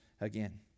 again